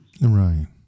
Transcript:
right